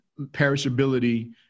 perishability